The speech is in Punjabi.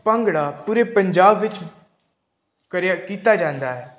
ਭੰਗੜਾ ਪੂਰੇ ਪੰਜਾਬ ਵਿੱਚ ਕਰਿਆ ਕੀਤਾ ਜਾਂਦਾ ਹੈ